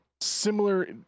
similar